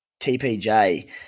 TPJ